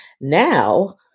Now